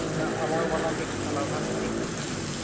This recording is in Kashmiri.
نہَ علاوٕ وَلاو گژھِ علاوٕ نہَ حظ گژھِ کِہیٖنٛۍ نہَ نہَ